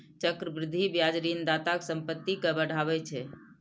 चक्रवृद्धि ब्याज ऋणदाताक संपत्ति कें बढ़ाबै छै